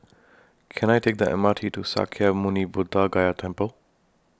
Can I Take The M R T to Sakya Muni Buddha Gaya Temple